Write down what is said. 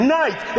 night